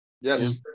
Yes